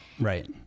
right